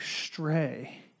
stray